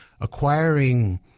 acquiring